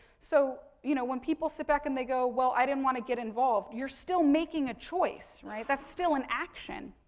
so, you know, when people sit back and they go well i didn't want to get involved, you're still making a choice, right, that's still an action.